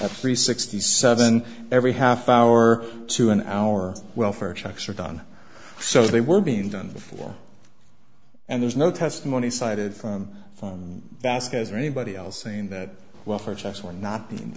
at three sixty seven every half hour to an hour welfare checks are done so they were being done before and there's no testimony cited from from vasquez or anybody else saying that welfare checks were not